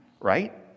Right